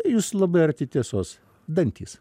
jūs labai arti tiesos dantys